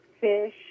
fish